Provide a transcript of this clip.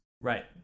Right